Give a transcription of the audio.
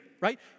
right